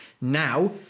Now